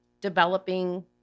developing